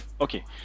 Okay